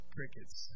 Crickets